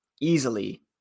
easily